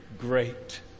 great